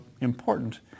important